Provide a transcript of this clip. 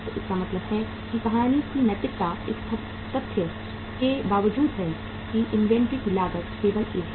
तो इसका मतलब है कि कहानी की नैतिकता इस तथ्य के बावजूद है कि इन्वेंट्री की लागत केवल एक है